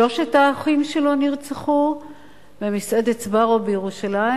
שלושת האחים שלו נרצחו במסעדת "סבארו" בירושלים.